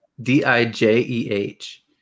d-i-j-e-h